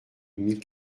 mille